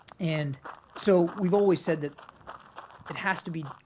and so we've always said that it has to be